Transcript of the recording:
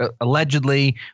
allegedly